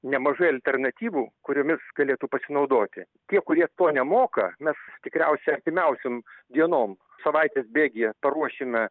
nemažai alternatyvų kuriomi galėtų pasinaudoti tie kurie to nemoka mes tikriausiai artimiausiom dienom savaitės bėgyje paruošime